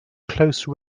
close